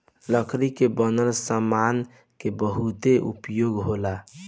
लकड़ी के बनल सामान के बहुते उपयोग होला